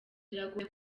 biragoye